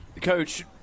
Coach